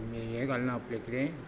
हें घालना आपलें किदें